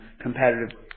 competitive